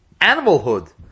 animalhood